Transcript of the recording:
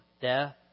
death